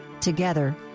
Together